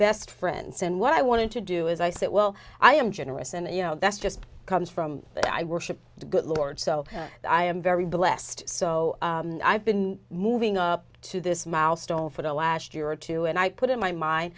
best friends and what i wanted to do is i said well i am generous and you know that's just comes from i worship the good lord so i am very blessed so i've been moving up to this milestone for the last year or two and i put in my mind